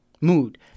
mood